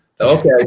Okay